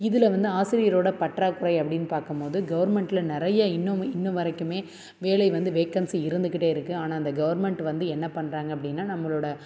இதில் வந்து ஆசிரியரோடய பற்றாக்குறை அப்படின் பார்க்கும்போது கவர்மெண்டில் நிறைய இன்னும் இன்றைய வரைக்குமே வேலை வந்து வேகன்சி இருந்துக்கிட்டே இருக்குது ஆனால் இந்த கவர்மெண்ட் வந்து என்ன பண்றாங்க அப்படினா நம்மளோடய